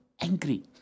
angry